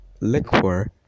liquor